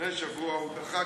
לפני שבוע הוא דחה,